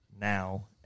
now